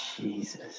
Jesus